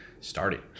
Starting